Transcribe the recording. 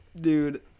dude